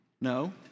No